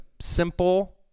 simple